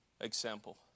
example